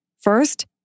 First